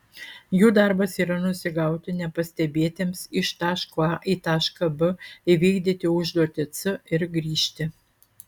jų darbas yra nusigauti nepastebėtiems iš taško a į tašką b įvykdyti užduotį c ir grįžti